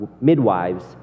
midwives